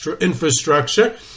infrastructure